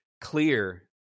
clear